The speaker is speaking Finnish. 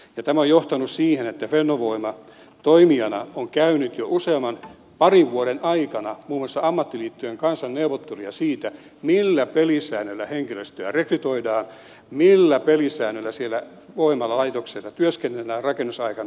tämä on johtanut siihen että fennovoima toimijana on käynyt jo parin vuoden aikana muun muassa ammattiliittojen kanssa neuvotteluja siitä millä pelisäännöillä henkilöstöä rekrytoidaan millä pelisäännöillä siellä voimalaitoksella työskennellään rakennusaikana